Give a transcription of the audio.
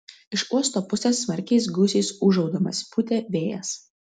iš uosto pusės smarkiais gūsiais ūžaudamas pūtė vėjas